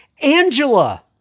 Angela